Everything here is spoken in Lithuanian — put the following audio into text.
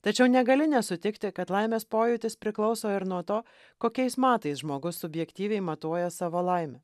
tačiau negali nesutikti kad laimės pojūtis priklauso ir nuo to kokiais matais žmogus subjektyviai matuoja savo laimę